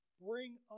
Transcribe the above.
Bring